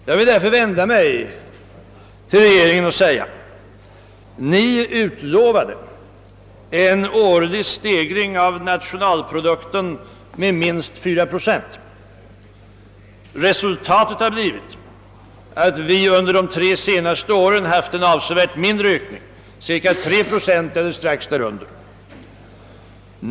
Jag vill därför vända mig till regeringen och säga: Ni utlovade en årlig stegring av nationalprodukten med minst 4 procent. Resultatet har blivit att vi under de tre senaste åren har haft en avsevärt mindre ökning, nämligen cirka 3 procent eller strax därunder.